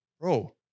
bro